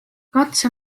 katse